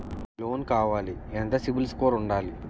Loan కావాలి ఎంత CIBIL score ఉండాలి?